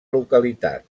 localitat